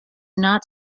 not